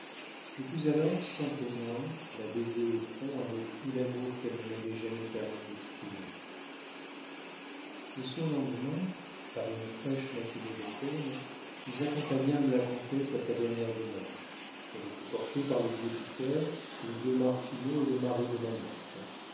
je pus alors sans témoins la baiser au front avec tout l'amour qu'elle ne m'avait jamais permis d'exprimer le surlendemain par une fraîche matinée d'automne nous accompagnâmes la comtesse à sa dernière demeure elle était portée par le vieux piqueur les deux martineau et le mari de manette